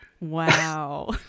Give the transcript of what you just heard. Wow